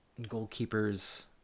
goalkeepers